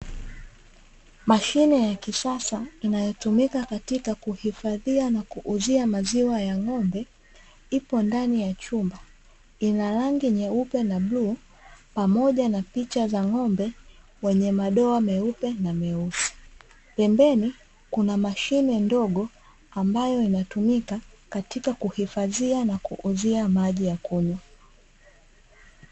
Mashine ya kisasa, inayotumika katika kuhifadhia na kuuzia maziwa ya ngombe ipo ndani ya chumba, ina rangi nyeupe na bluu pamoja na picha za ngombe zenye madoa meupe na meusi. pembeni kuna mashine ndogo ambayo inayotumika kuuzia maji ya kunywa.